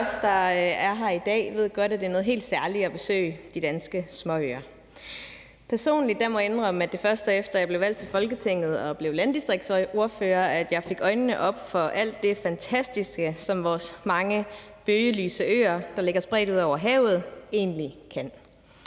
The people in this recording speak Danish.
af os, der er her i dag, ved godt, at det er noget helt særligt at besøge de danske småøer. Personligt må jeg indrømme, at det først er, efter jeg blev valgt til Folketinget og blev landdistriktsordfører, at jeg fik øjnene op for alt det fantastiske, som vores mange bøgelyse øer, der ligger spredt ud over havet, egentlig kan